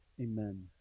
Amen